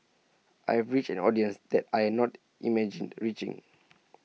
I reached an audience that I had not imagined reaching